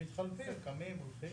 למחר את